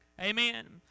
amen